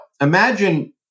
imagine